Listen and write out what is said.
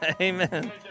Amen